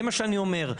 זה מה שאני אומר.